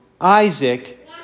Isaac